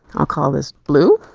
i'll call this blue